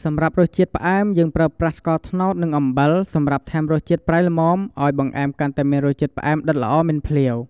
សម្រាប់រសជាតិផ្អែម យើងប្រើប្រាស់ ស្ករត្នោត និងអំបិល សម្រាប់ថែមរសជាតិប្រៃល្មម ឱ្យបង្អែមកាន់តែមានរសជាតិផ្អែមដិតល្អមិនភ្លាវ។